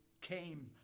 came